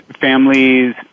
families